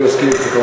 אתה מסכים אתי?